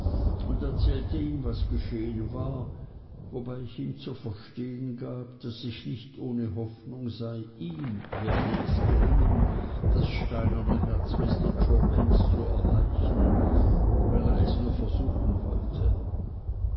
und erzählte ihm was geschehen war wobei ich ihm zu verstehen gab daß ich nicht ohne hoffnung sei ihm werde es gelingen das steinerne herz mr jorkins zu erweichen wenn er es nur versuchen wollte